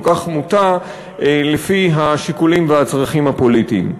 כך מוטה לפי השיקולים והצרכים הפוליטיים.